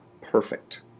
perfect